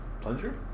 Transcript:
plunger